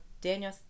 Daniel